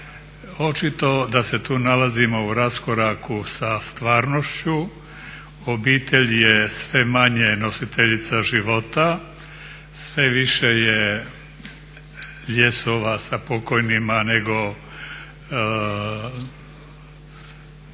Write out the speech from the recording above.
očito da se tu nalazimo u raskoraku sa stvarnošću. Obitelj je sve manje nositeljica života, sve više je ljesova sa pokojnima nego